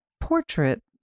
portrait